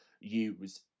use